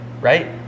right